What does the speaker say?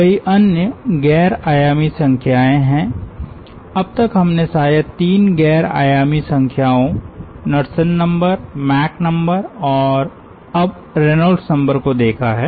कई अन्य गैर आयामी संख्याएं हैं अब तक हमने शायद तीन गैर आयामी संख्याओं नड्सन नंबर मैक नंबर और अब रेनॉल्ड्स नंबर को देखा है